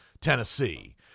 Tennessee